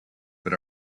but